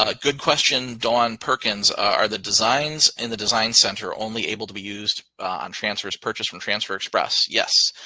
ah good question. dawn perkins, are the designs and the design center only able to be used on transfers purchase from transfer express? yes.